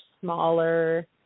smaller